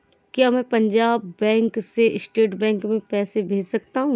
क्या मैं पंजाब बैंक से स्टेट बैंक में पैसे भेज सकता हूँ?